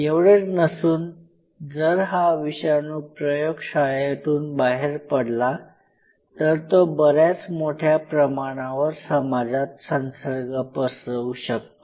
एवढेच नसून जर हा विषाणू या प्रयोगशाळेतून बाहेर पडला तर तो बऱ्याच मोठ्या प्रमाणावर समाजात संसर्ग पसरवू शकतो